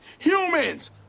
Humans